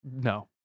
no